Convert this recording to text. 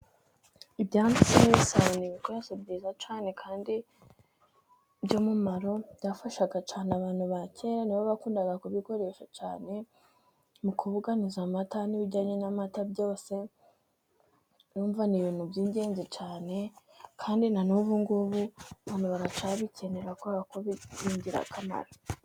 Ibyansi n'ibisabo ni ibikoresho byiza cyane kandi by'umumaro byafashaga cyane abantu ba kera, ni bo bakundaga kubikoresha cyane mu kubuganiza amata n'ibijyanye n'amata byose, urumva ni ibintu by'ingenzi cyane, kandi na n'ubu ngubu abantu baracyabikenera kubera ko ni ingirakamaro.